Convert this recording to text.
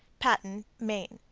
patten, me.